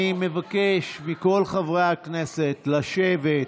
אני מבקש מכל חברי הכנסת לשבת.